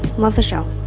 love the show.